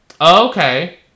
okay